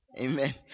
Amen